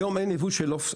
היום אין ייבוא של עוף.